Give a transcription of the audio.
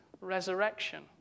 resurrection